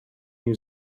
new